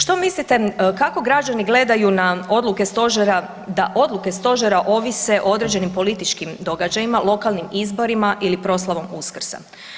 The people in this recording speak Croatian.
Što mislite kako građani gledaju na odluke Stožera da odluke Stožera ovise o određenim političkim događajima, lokalnim izborima ili proslavom Uskrsa?